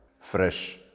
fresh